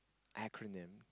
acronym